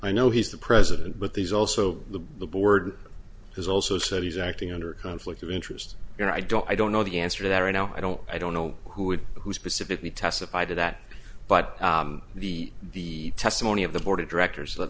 i know he's the president but there's also the the board has also said he's acting under a conflict of interest you know i don't i don't know the answer to that right now i don't i don't know who would who specifically testify to that but the the testimony of the board of directors